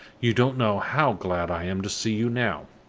you don't know how glad i am to see you now.